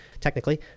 Technically